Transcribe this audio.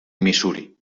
missouri